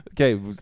Okay